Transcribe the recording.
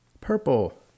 Purple